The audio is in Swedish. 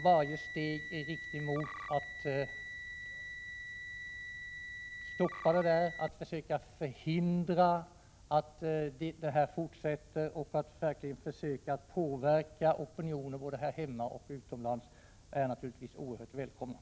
Varje steg i riktning mot att förhindra detta och att verkligen försöka påverka opinionen både här hemma och utomlands är naturligtvis oerhört välkommet.